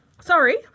Sorry